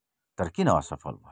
तर किन असफल भयो त